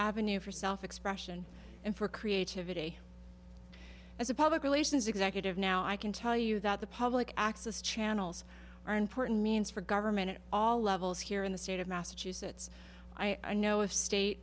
avenue for self expression and for creativity as a public relations executive now i can tell you that the public access channels are important means for government at all levels here in the state of massachusetts i know of